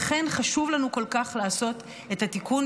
לכן חשוב לנו כל כך לעשות את התיקון,